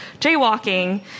jaywalking